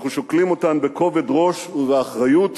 אנחנו שוקלים אותן בכובד ראש ובאחריות,